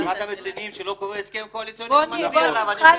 אחד הרציניים שלא קורא הסכם קואליציוני ומצביע עליו.